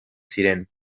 ziren